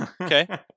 Okay